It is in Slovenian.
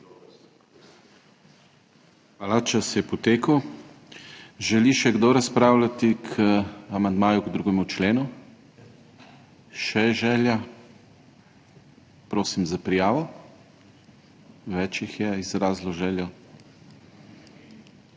Hvala. Čas je potekel. Želi še kdo razpravljati k amandmaju k 2. členu? Še je želja. Prosim za prijavo. Več jih je izrazilo željo.